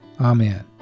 Amen